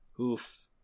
Oof